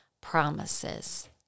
promises